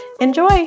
Enjoy